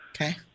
Okay